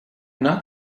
not